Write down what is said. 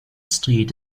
street